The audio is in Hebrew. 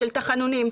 של תחנונים,